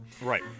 right